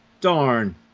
Darn